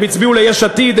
הם הצביעו ליש עתיד,